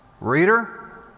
Reader